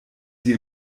sie